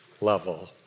level